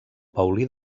paulí